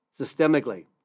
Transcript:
systemically